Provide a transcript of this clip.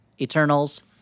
Eternals